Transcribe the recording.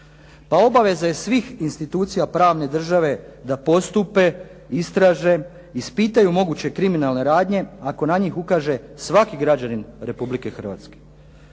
Ta obaveza je svih institucija pravne države da postupe, istraže, ispitaju moguće kriminalne radnje ako na njih ukaže svaki građanin Republike Hrvatske.